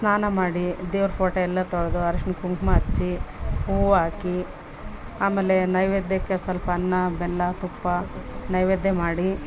ಸ್ನಾನ ಮಾಡಿ ದೇವ್ರ ಪೋಟ ಎಲ್ಲ ತೊಳೆದು ಅರ್ಶಿಣ ಕುಂಕುಮ ಹಚ್ಚಿ ಹೂವು ಹಾಕಿ ಆಮೇಲೆ ನೈವೇದ್ಯಕ್ಕೆ ಸ್ವಲ್ಪ ಅನ್ನ ಬೆಲ್ಲ ತುಪ್ಪ ನೈವೇದ್ಯ ಮಾಡಿ